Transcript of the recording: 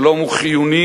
השלום הוא חיוני,